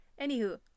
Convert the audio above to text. anywho